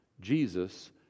Jesus